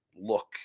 look